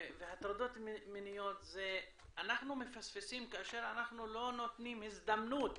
והטרדות מיניות אנחנו מפספסים כאשר אנחנו לא נותנים הזדמנות